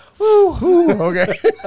Okay